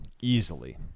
easily